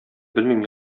белмим